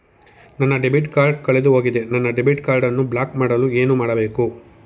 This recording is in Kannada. ನನ್ನ ಡೆಬಿಟ್ ಕಾರ್ಡ್ ಕಳೆದುಹೋಗಿದೆ ನನ್ನ ಡೆಬಿಟ್ ಕಾರ್ಡ್ ಅನ್ನು ಬ್ಲಾಕ್ ಮಾಡಲು ಏನು ಮಾಡಬೇಕು?